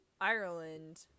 Ireland